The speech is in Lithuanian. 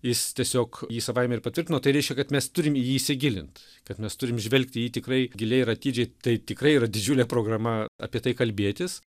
jis tiesiog jį savaime ir patvirtino tai reiškia kad mes turim į jį įsigilint kad mes turim žvelgt į jį tikrai giliai ir atidžiai tai tikrai yra didžiulė programa apie tai kalbėtis